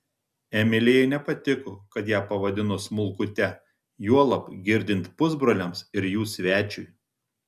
emilijai nepatiko kad ją pavadino smulkute juolab girdint pusbroliams ir jų svečiui